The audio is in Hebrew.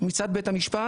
מצד בית המשפט,